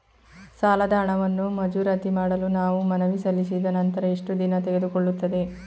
ಸಾಲದ ಹಣವನ್ನು ಮಂಜೂರಾತಿ ಮಾಡಲು ನಾವು ಮನವಿ ಸಲ್ಲಿಸಿದ ನಂತರ ಎಷ್ಟು ದಿನ ತೆಗೆದುಕೊಳ್ಳುತ್ತದೆ?